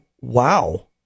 wow